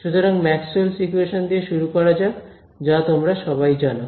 সুতরাং Maxwell's equations Maxwell's equations দিয়ে শুরু করা যাক যা তোমরা সবাই জানো